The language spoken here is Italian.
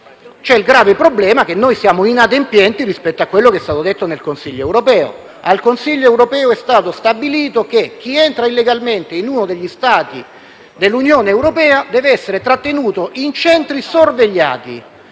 poi, il grave problema che siamo inadempienti rispetto a quello che è stato detto al Consiglio europeo, dove è stato stabilito che chi entra illegalmente in uno degli Stati dell'Unione europea deve essere trattenuto in centri sorvegliati.